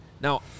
Now